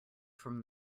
from